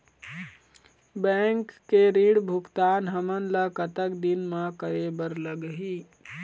Bank के ऋण भुगतान हमन ला कतक दिन म करे बर लगही?